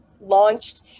launched